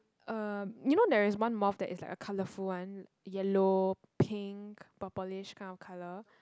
um you know there is one moth that is like a colorful one yellow pink purplish kind of colour